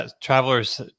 travelers